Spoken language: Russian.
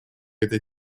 этой